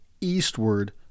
eastward